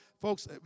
Folks